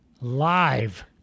live